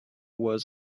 was